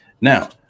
Now